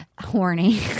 Horny